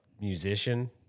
musician